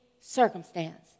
circumstance